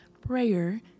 Prayer